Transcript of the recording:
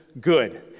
good